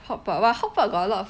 hotpot !wah! hotpot got a lot of